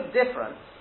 difference